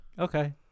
okay